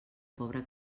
pobre